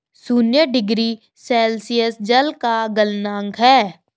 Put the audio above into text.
शून्य degree Celsius जल का गलनांक है